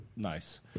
Nice